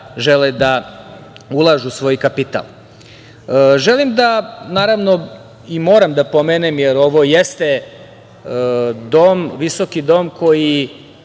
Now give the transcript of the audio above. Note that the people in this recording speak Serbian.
žele da ulažu svoj kapital. Želim i moram da pomenem, jer ovo jeste visoki dom koji